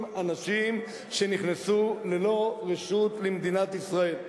אנשים שנכנסו ללא רשות למדינת ישראל.